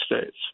states